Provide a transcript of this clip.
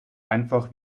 einfach